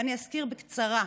ואני אזכיר בקצרה: